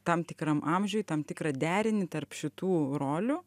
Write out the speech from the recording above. tam tikram amžiui tam tikrą derinį tarp šitų rolių